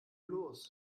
los